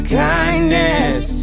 kindness